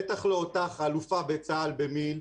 בטח לא אותך, אלופה בצה"ל במיל.